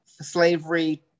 slavery